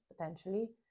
potentially